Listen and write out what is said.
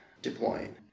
deploying